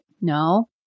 No